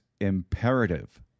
imperative